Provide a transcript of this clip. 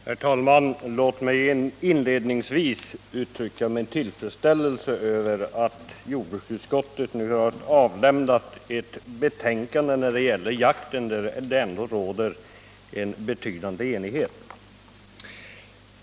Herr talman! Låt mig inledningsvis uttrycka min tillfredsställelse över att jordbruksutskottet nu har avlämnat ett betänkande om jakten där det ändå råder en betydande enighet!